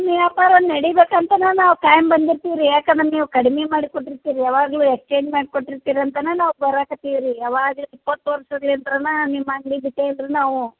ವ್ಯಾಪಾರ ನೆಡೀಬೇಕಂತನೆ ನಾವು ಖಾಯಂ ಬಂದಿರ್ತೀವಿ ರೀ ಯಾಕಂದ್ರೆ ನೀವು ಕಡ್ಮೆ ಮಾಡಿ ಕೊಟ್ಟಿರ್ತೀರಿ ಯಾವಾಗಲು ಎಕ್ಸ್ಚೇಂಜ್ ಮಾಡಿ ಕೊಟ್ಟಿರ್ತೀರಿ ಅಂತನೆ ನಾವು ಬರಕ್ಕೆ ಹತ್ತೀವಿ ರೀ ಯಾವಾಗ್ಲೂ ಇಪ್ಪತ್ತು ವರ್ಷದಿಂದನೂ ನಿಮ್ಮ ಅಂಗ್ಡಿಗೆ ಬಿಟ್ಟೇ ಇಲ್ಲ ರೀ ನಾವು